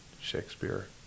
Shakespeare